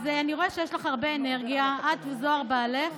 אז אני רואה שיש לך הרבה אנרגיה, את וזוהר בעלך